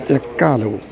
എക്കാലവും